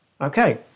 Okay